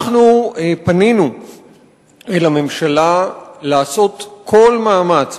פנינו אל הממשלה לעשות כל מאמץ,